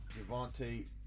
Javante